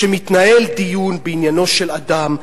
כשמתנהל דיון בעניינו של אדם,